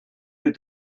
plus